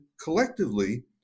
collectively